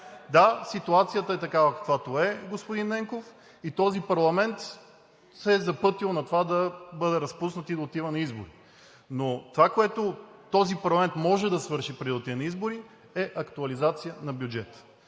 Да, ситуацията е такава, каквато е, господин Ненков. Този парламент се е запътил към това да бъде разпуснат и да отива на избори. Това, което този парламент може да свърши преди да отиде на избори, е актуализация на бюджета.